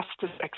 justice